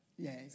Yes